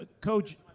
Coach